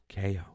KO